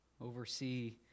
oversee